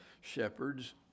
shepherds